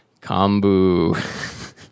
kombu